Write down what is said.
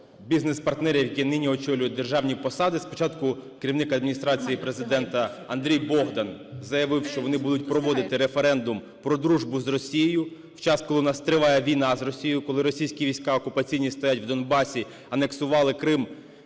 бізнес-партнерів, які нині очолюють державні посади. Спочатку керівник Адміністрації Президента Андрій Богдан заявив, що вони будуть проводити референдум про дружбу з Росією. В час, коли у нас триває війна з Росією, коли російські війська окупаційні стоять в Донбасі, анексували Крим